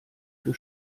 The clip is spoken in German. für